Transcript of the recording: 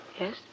Yes